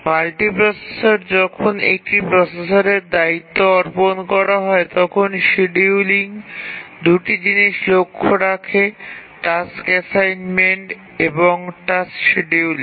মাল্টিপ্রসেসরে যখন একটি প্রসেসরের দায়িত্ব অর্পণ করা হয় তখন শিডিয়ুলিং ২ টি জিনিস লক্ষ্য রাখে টাস্ক অ্যাসাইনমেন্ট এবং টাস্ক শিডিয়ুলিং